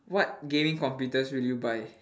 what gaming computers will you buy